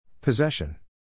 Possession